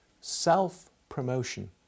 Self-promotion